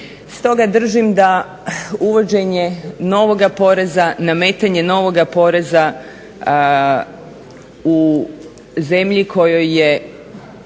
Stoga držim da uvođenje novoga poreza, nametanje novoga poreza u zemlji u kojoj je